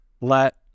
let